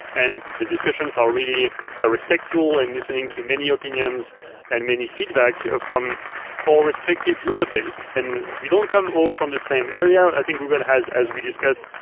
and the discussions are really respectful and listening to many opinions and many feedback from all respective user-base. and we don't come all from the same area. i think google has, as we discussed,